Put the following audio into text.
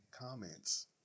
comments